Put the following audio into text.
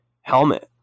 helmet